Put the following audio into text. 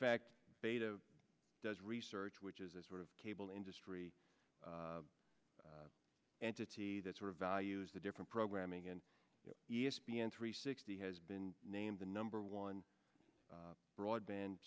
fact beta does research which is a sort of cable industry entity that sort of values the different programming and e s p n three sixty has been named the number one broadband